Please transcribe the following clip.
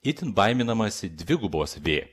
itin baiminamasi dvigubos vė